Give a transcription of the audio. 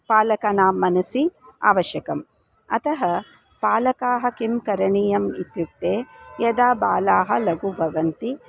पालकानां मनसि आवश्यकम् अतः पालकान् किं करणीयम् इत्युक्ते यदा बालाः लघवः भवन्ति